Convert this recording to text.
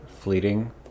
fleeting